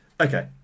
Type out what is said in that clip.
Okay